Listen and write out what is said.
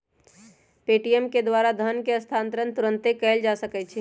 Paytm के द्वारा धन के हस्तांतरण तुरन्ते कएल जा सकैछइ